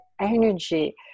energy